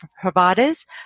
providers